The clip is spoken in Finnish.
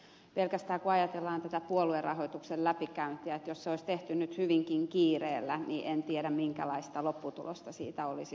kun ajatellaan pelkästään tätä puoluerahoituksen läpikäyntiä jos se olisi nyt tehty hyvinkin kiireellä niin en tiedä minkälainen lopputulos siitä olisi syntynyt